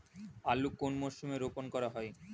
আলু কোন মরশুমে রোপণ করা হয়?